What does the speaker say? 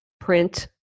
print